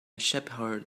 shepherd